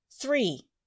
three